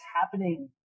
happening